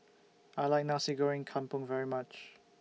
I like Nasi Goreng Kampung very much